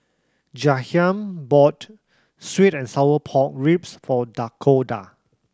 Jahiem bought sweet and sour pork ribs for Dakoda